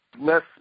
less